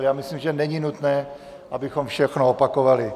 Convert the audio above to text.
Já myslím, že není nutné, abychom všechno opakovali.